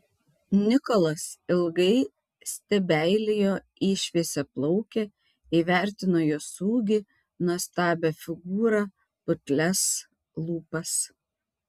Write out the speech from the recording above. nikolas ilgai stebeilijo į šviesiaplaukę įvertino jos ūgį nuostabią figūrą putlias lūpas